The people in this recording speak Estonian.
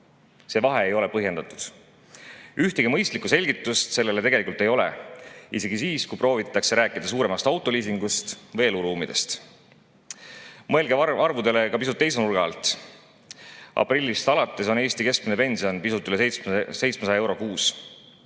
See vahe ei ole põhjendatud. Ühtegi mõistlikku selgitust sellele tegelikult ei ole, isegi siis, kui proovitakse rääkida suuremast autoliisingust või suurematest eluruumidest. Mõelge arvudele ka pisut teise nurga alt. Aprillist alates on Eesti keskmine pension pisut üle 700 euro kuus.